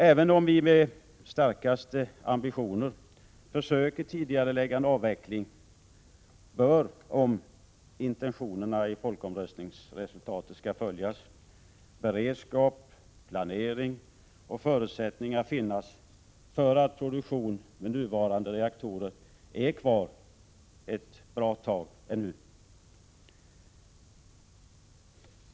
Även om vi med de starkaste ambitioner försöker tidigarelägga en avveckling, bör — om intentionerna i folkomröstningsresultatet skall följas — beredskap, planering och förutsättningar finnas för att produktion med nuvarande reaktorer skall kunna pågå ännu ett bra tag.